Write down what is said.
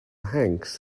hanks